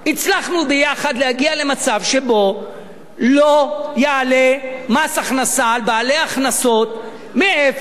הצלחנו ביחד להגיע למצב שבו לא יעלה מס הכנסה על בעלי הכנסות מאפס,